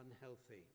unhealthy